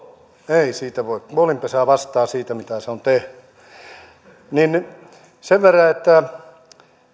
ei siitä voi kuolinpesä vastaa siitä mitä se on tehnyt niin sen verran että